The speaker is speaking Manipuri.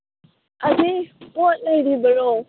ꯑꯁꯤ ꯄꯣꯠ ꯂꯩꯔꯤꯕꯔꯣ